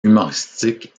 humoristiques